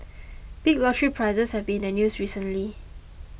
big lottery prizes have been in the news recently